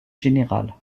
général